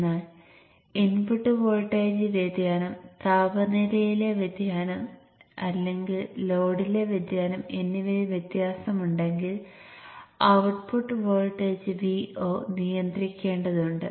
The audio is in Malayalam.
എന്നാൽ ഇൻപുട്ട് വോൾട്ടേജിൽ വ്യതിയാനം താപനിലയിലെ വ്യതിയാനം അല്ലെങ്കിൽ ലോഡിലെ വ്യതിയാനം എന്നിവയിൽ വ്യത്യാസമുണ്ടെങ്കിൽ ഔട്ട്പുട്ട് വോൾട്ടേജ് Vo നിയന്ത്രിക്കേണ്ടതുണ്ട്